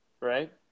right